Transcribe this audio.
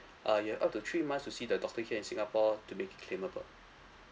uh you have up to two three months to see the doctor here in singapore to make it claimable